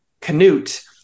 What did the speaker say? Canute